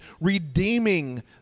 redeeming